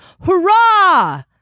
hurrah